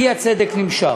האי-צדק נמשך.